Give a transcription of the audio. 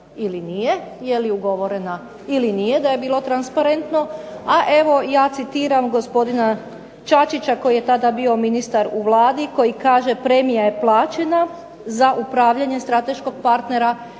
ili nije? Je li ugovorena ili nije, da je bilo transparentno. A evo ja citiram gospodina Čačića koji je tada bio ministar u Vladi koji kaže: "Premija je plaćena za upravljanje strateškog partnera."